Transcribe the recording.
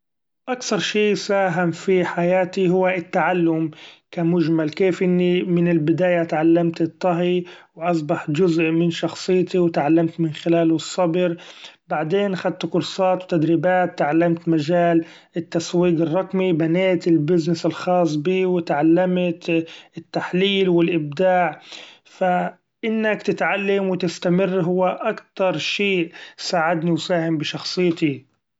أكثر شي ساهم في حياتي هو التعلم كمجمل ، كيف إني من البداية تعلمت الطهي و أصبح جزء من شخصيتي و تعلمت من خلاله الصبر ، بعدين خدت كورسات و تدريبات تعلمت مجال التسويق الرقمي ، بنيت البزنس الخاص بي ، تعلمت التحليل و الإبداع ، ف إنك تتعلم و تستمر هو أكتر شي ساعدني وساهم بشخصيتي.